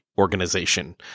organization